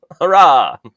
Hurrah